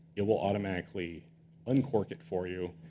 it will automatically uncork it for you,